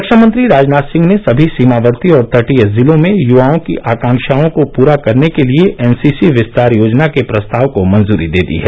रक्षामंत्री राजनाथ सिंह ने सभी सीमावर्ती और तटीय जिलों में युवाओं की आकांक्षाओं को पुरा करने के लिए एनसीसी विस्तार योजना के प्रस्ताव को मंजूरी दे दी है